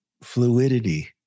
fluidity